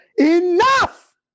Enough